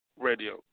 radio